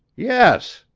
yes,